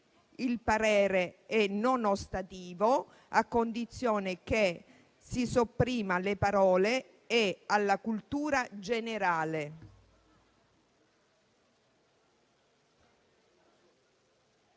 il parere è favorevole a condizione che si sopprimano le parole: «e alla cultura generale».